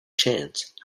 chance